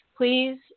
Please